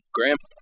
Graham